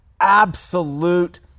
absolute